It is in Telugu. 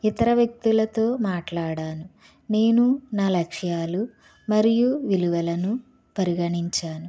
ఇతర వ్యక్తులతో మాట్లాడాను నేను నా లక్ష్యాలు మరియు విలువలను పరిగణించాను